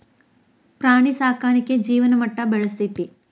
ಪ್ರಾಣಿ ಸಾಕಾಣಿಕೆ ಜೇವನ ಮಟ್ಟಾ ಬೆಳಸ್ತತಿ